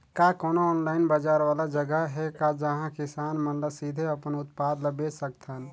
का कोनो ऑनलाइन बाजार वाला जगह हे का जहां किसान मन ल सीधे अपन उत्पाद ल बेच सकथन?